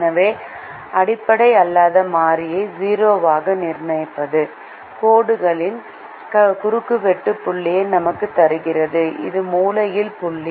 எனவே அடிப்படை அல்லாத மாறியை 0 ஆக நிர்ணயிப்பது கோடுகளின் குறுக்குவெட்டு புள்ளியை நமக்கு தருகிறது இது மூலையில் புள்ளி